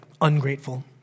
ungrateful